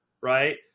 right